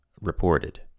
reported